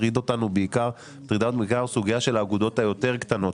מטרידה אותנו בעיקר הסוגייה של האגודות היותר קטנות,